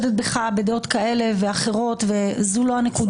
מחקרים כמו המחקר של פרופסור אהרון גבעתי ואהרון גרבר מהאוניברסיטה